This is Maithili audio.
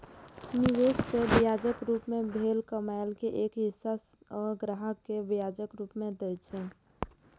निवेश सं ब्याजक रूप मे भेल कमाइ के एक हिस्सा ओ ग्राहक कें ब्याजक रूप मे दए छै